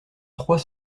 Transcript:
trois